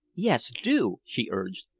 yes, do, she urged.